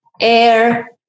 air